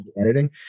editing